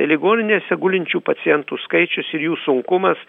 ligoninėse gulinčių pacientų skaičius ir jų sunkumas